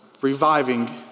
reviving